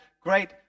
great